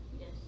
Yes